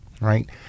right